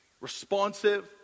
responsive